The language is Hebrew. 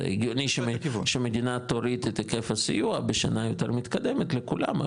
זה הגיוני שמדינה תוריד את היקף הסיוע בשנה יותר מתקדמת לכולם,